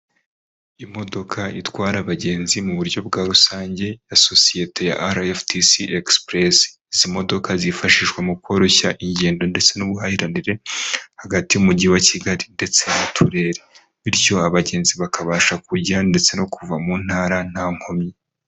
Imodoka itwara abagenzi mu buryo bwa rusange ya sosiyete ya ara efu tisi egisipurezi (RFFTC Express) izi modoka zifashishwa mu koroshya ingendo ndetse n'ubuhahiranire hagati y'umujyi wa kigali ndetse n'uturere bityo abagenzi bakabasha kujya ndetse no kuva mu ntara nta nkomyi.